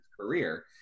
career